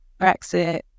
brexit